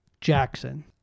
Jackson